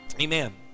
Amen